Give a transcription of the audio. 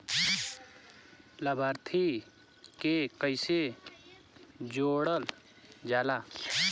लभार्थी के कइसे जोड़ल जाला?